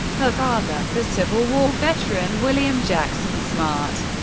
her father, the civil war veteran william jackson smart,